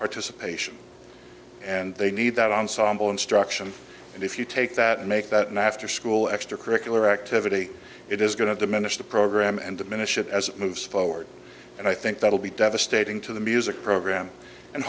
supply and they need that ensemble instruction and if you take that and make that master school extracurricular activity it is going to diminish the program and diminish it as it moves forward and i think that will be devastating to the music program and